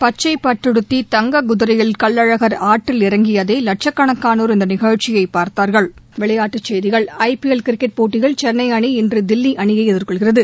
பச்சைப் பட்டுடுத்தி தங்கக் குதிரையில் கள்ளழகர் ஆற்றில் இறங்கியதை லட்சக்கணக்கானோர் இந்த நிகழ்ச்சியை பார்த்தார்கள் ஐபிஎல் கிரிக்கெட் போட்டியில் சென்னை அணி இன்று தில்லி அணியை எதிர்கொள்கிறது